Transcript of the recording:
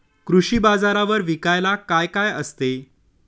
कृषी बाजारावर विकायला काय काय असते?